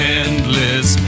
endless